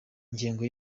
ngengo